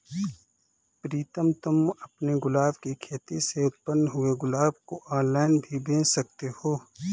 प्रीतम तुम अपने गुलाब की खेती से उत्पन्न हुए गुलाब को ऑनलाइन भी बेंच सकते हो